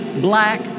black